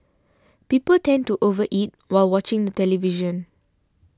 people tend to over eat while watching the television